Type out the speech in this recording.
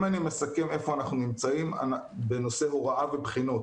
אם אני מסכם איפה אנחנו נמצאים בנושא הוראה ובחינות.